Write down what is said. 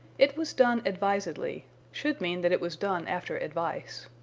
it was done advisedly should mean that it was done after advice.